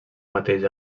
mateix